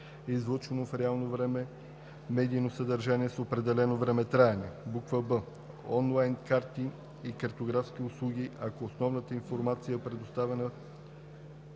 излъчвано в реално време медийно съдържание с определено времетраене; б) онлайн карти и картографски услуги, ако основната информация е предоставена